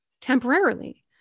temporarily